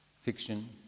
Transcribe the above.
fiction